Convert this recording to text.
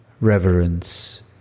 Reverence